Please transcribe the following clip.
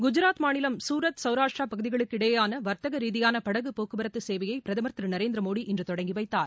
குஜராத் மாநிலம் சூரத் சௌராஷ்ட்ரா பகுதிகளுக்கு இடையேயான வர்த்தக ரீதியான படகுப் போக்குவரத்து சேவையை பிரதமர் திரு நரேந்திர மோடி இன்று தொடங்கி வைத்தார்